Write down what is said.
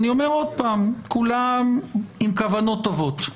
אני אומר עוד פעם, כולם עם כוונות טובות,